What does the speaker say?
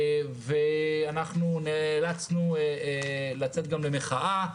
ונאלצנו לצאת גם למחאה,